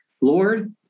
Lord